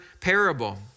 parable